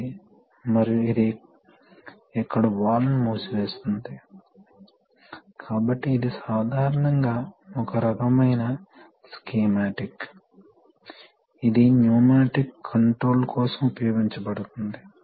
double acting అంటే force ద్వారా రెండు దిశలలోనూ కదలవచ్చు కాబట్టి సింగిల్ యాక్టింగ్ కోసం సాధారణంగా రిటర్న్ స్ట్రోక్ లోడ్ చేయబడదు ఫార్వర్డ్ స్ట్రోక్ లోడ్ అవుతుంది డబుల్ యాక్టింగ్ కోసం రెండు స్ట్రోకులు లోడ్ చేయబడతాయి ఇది చాలా సులభం